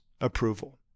approval